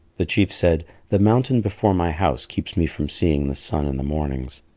the chief said, the mountain before my house keeps me from seeing the sun in the mornings.